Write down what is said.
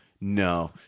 No